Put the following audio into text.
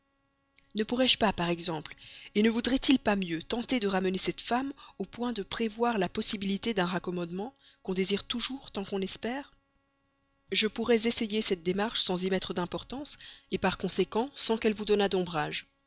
ne pourrais-je pas par exemple ne vaudrait-il pas mieux tenter de ramener cette femme au point de prévoir la possibilité d'un raccommodement qu'on désire toujours tant qu'on l'espère je pourrais essayer cette démarche sans y mettre d'importance par conséquent sans qu'elle vous donnât d'ombrage